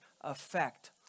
effect